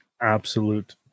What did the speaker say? Absolute